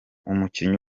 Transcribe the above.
umukinnyi